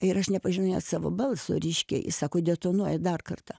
ir aš nepažinojo savo balso reiškia jis sako detonuoja dar kartą